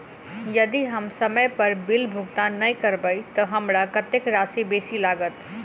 यदि हम समय पर बिल भुगतान नै करबै तऽ हमरा कत्तेक राशि बेसी लागत?